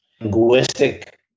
Linguistic